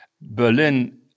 Berlin